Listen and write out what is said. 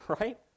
right